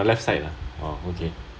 you're on your left side lah oh okay